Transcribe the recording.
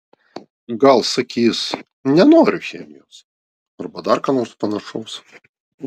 gal sakys nenoriu chemijos arba dar ką nors panašaus